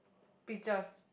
pictures